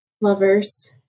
lovers